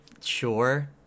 sure